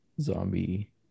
zombie